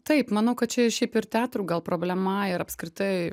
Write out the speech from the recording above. taip manau kad čia šiaip ir teatrų gal problema ir apskritai